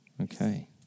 Okay